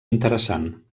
interessant